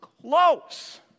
close